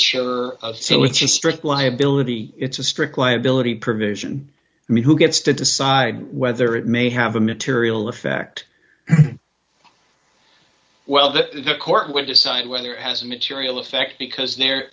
a strict liability it's a strict liability provision i mean who gets to decide whether it may have a material effect well that the court will decide whether it has a material effect because the